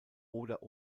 oder